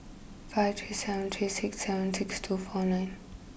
five three seven three six seven six two four nine